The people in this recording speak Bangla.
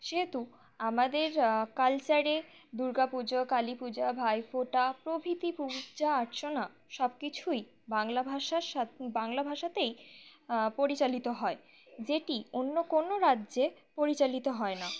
সেহেতু আমাদের কালচারে দুর্গা পুজো কালী পূজা ভাইফোঁটা প্রভৃতি পূজা অর্চনা সব কিছুই বাংলা ভাষার বাংলা ভাষাতেই পরিচালিত হয় যেটি অন্য কোনো রাজ্যে পরিচালিত হয় না